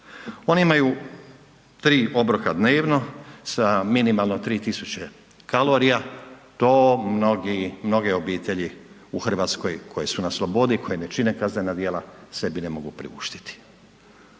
Oni imaju tri obroka dnevno sa minimalno 3000 kalorija, to mnoge obitelji u Hrvatskoj koje su na slobodi, koje ne čine kaznena djela sebi ne mogu priuštiti.